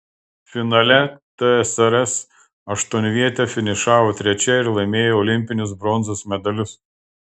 finale tsrs aštuonvietė finišavo trečia ir laimėjo olimpinius bronzos medalius